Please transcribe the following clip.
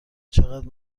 چقدر